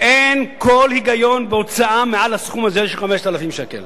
אין כל היגיון בהוצאה מעל הסכום הזה של 5,000 שקל.